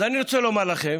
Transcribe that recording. אז אני רוצה לומר לכם